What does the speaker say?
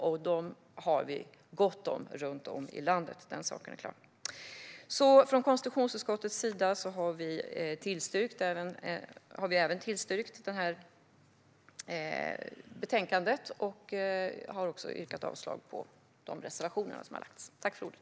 Vi har gott om dem runt om i landet. Den saken är klar. Från konstitutionsutskottets sida har vi tillstyrkt förslaget i detta betänkande och yrkat avslag på de reservationer som har lagts fram.